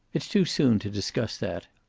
it's too soon to discuss that.